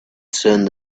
sound